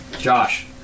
Josh